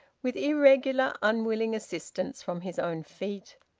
with irregular unwilling assistance from his own feet.